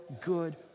good